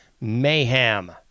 mayhem